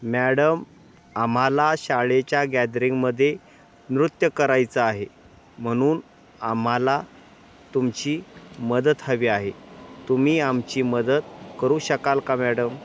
madam आम्हाला शाळेच्या गॅदरिंगमध्ये नृत्य करायचं आहे म्हणून आम्हाला तुमची मदत हवी आहे तुम्ही आमची मदत करू शकाल का मॅडम